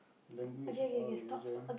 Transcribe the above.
language or religion